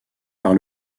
par